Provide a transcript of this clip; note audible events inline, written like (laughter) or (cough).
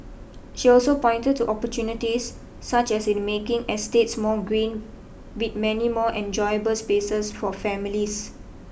she also pointed to opportunities such as in making estates more green (noise) with many more enjoyable spaces for families